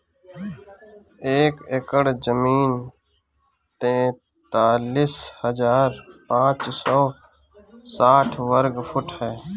एक एकड़ जमीन तैंतालीस हजार पांच सौ साठ वर्ग फुट ह